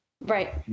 Right